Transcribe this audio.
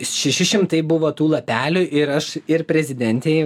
šeši šimtai buvo tų lapelių ir aš ir prezidentei